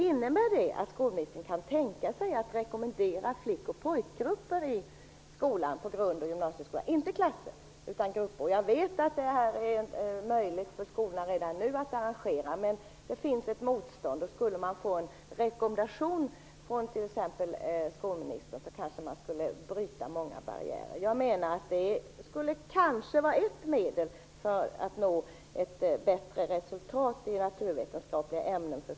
Innebär det att skolministern kan tänka sig att rekommendera flick och pojkgrupper, inte klasser, i grundoch gymnasieskolan? Jag vet att det redan nu är möjligt för skolorna att arrangera sådana, men det finns ett motstånd. Om man fick en rekommendation från t.ex. skolministern skulle kanske många barriärer brytas. Kanske vore det ett medel för att flickorna skall kunna nå bättre resultat i naturvetenskapliga ämnen.